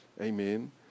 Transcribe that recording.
Amen